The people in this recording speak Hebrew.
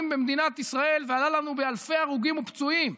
במדינת ישראל ועלה לנו באלפי הרוגים ופצועים.